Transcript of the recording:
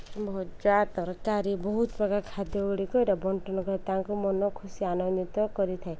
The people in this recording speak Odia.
ଭଜା ତରକାରୀ ବହୁତ ପ୍ରକାର ଖାଦ୍ୟଗୁଡ଼ିକ ଏଇଟା ବଣ୍ଟନ କରି ତାଙ୍କୁ ମନ ଖୁସି ଆନନ୍ଦିତ କରିଥାଏ